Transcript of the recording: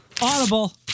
Audible